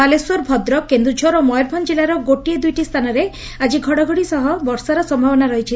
ବାଲେଶ୍ୱର ଭଦ୍ରକ କେନ୍ଦୁଝର ଓ ମୟରଭଞ୍ କିଲ୍ଲାର ଗୋଟିଏ ଦୁଇଟି ସ୍ତାନରେ ଆଜି ଘଡ଼ଘଡ଼ି ସାଙ୍ଗକୁ ବର୍ଷାର ସମ୍ଭାବନା ରହିଛି